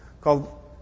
called